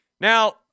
Now